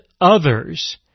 others